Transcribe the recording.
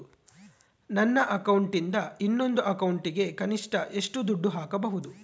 ನನ್ನ ಅಕೌಂಟಿಂದ ಇನ್ನೊಂದು ಅಕೌಂಟಿಗೆ ಕನಿಷ್ಟ ಎಷ್ಟು ದುಡ್ಡು ಹಾಕಬಹುದು?